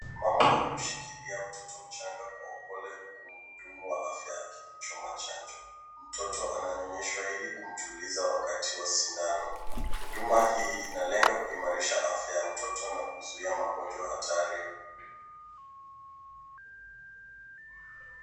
Mama amemshikilia mtoto mchanga kwa upole huku mhudumu wa afya akimchoma chanjo. Mtoto ananyonyeshwa ili kumtuliza wakati wa sindano. Huduma hii inalenga kuimarisha afya ya mtoto na kuzuia magonjwa hatari.